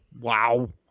Wow